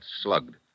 slugged